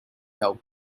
doubt